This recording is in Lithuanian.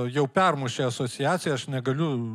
jau permušė asociacija aš negaliu